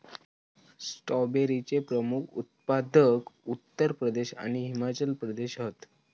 स्ट्रॉबेरीचे प्रमुख उत्पादक उत्तर प्रदेश आणि हिमाचल प्रदेश हत